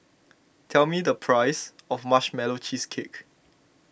tell me the price of Marshmallow Cheesecake